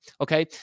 okay